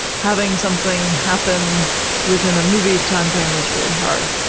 having something happen within a movie timeframe is really hard.